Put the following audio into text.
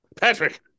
Patrick